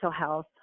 health